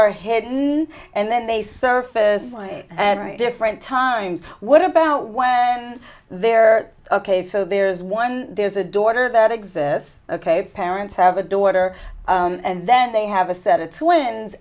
are hidden and then they surface and different times what about when they're ok so there's one there's a daughter that exists ok parents have a daughter and then they have a set of twins